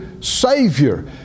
savior